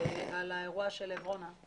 על האירוע של עברונה.